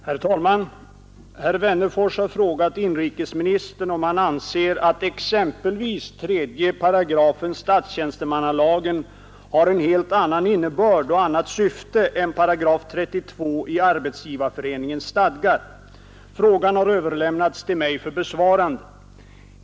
Herr talman! Herr Wennerfors har frågat inrikesministern om han anser att exempelvis 3 § statstjänstemannalagen har en helt annan innebörd och annat syfte än § 32 i Arbetsgivareföreningens stadgar. Frågan har överlämnats till mig för besvarande.